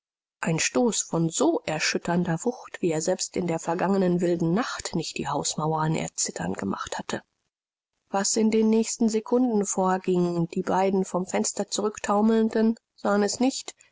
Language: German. ein stoß von so erschütternder wucht wie er selbst in der vergangenen wilden nacht nicht die hausmauern erzittern gemacht hatte was in den nächsten sekunden vorging die beiden vom fenster zurücktaumelnden sahen es nicht